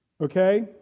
Okay